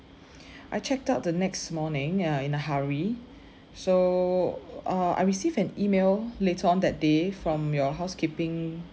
I checked out the next morning uh in a hurry so uh I received an email later on that day from your housekeeping